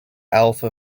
alpha